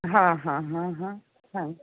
हां हां हां हां सांग